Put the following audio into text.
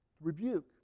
Rebuke